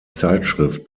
zeitschrift